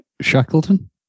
shackleton